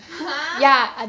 !huh!